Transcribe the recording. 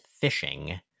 fishing